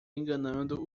enganando